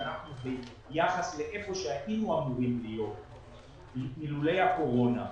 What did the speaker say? ביחס להיכן שהיינו אמורים להיות אלמלא הקורונה,